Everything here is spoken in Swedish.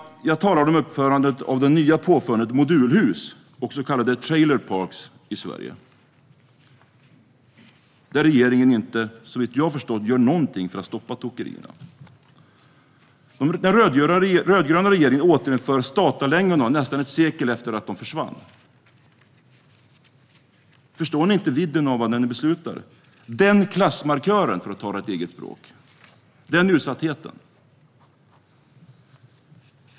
Jag talar om uppförandet av det nya påfundet modulhus och så kallade trailer parks i Sverige. Såvitt jag har förstått har regeringen inte gjort någonting för att stoppa tokerierna. Den rödgröna regeringen återinför statarlängorna nästan ett sekel efter att de försvann. Förstår ni inte vidden av vad ni beslutar? Ser ni inte den klassmarkören - för att tala ert eget språk - och den utsattheten?